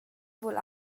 vul